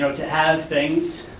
to have things,